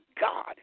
God